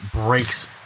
breaks